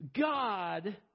God